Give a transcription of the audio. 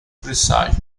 presságios